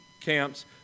camps